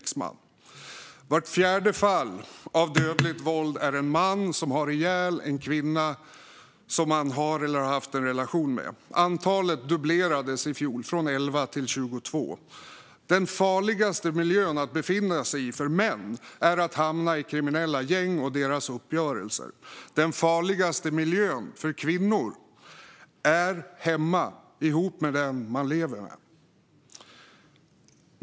I vart fjärde fall av dödligt våld är det en man som har ihjäl en kvinna som han har eller har haft en relation med. Antalet dubblerades i fjol, från 11 till 22. Den farligaste miljön för män att befinna sig i är kriminella gäng och deras uppgörelser. Den farligaste miljön för kvinnor är hemmet, ihop med den man de lever med.